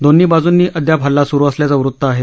दोन्ही बाजूंनी अद्याप हल्ला सुरु असल्याचं वृत आहे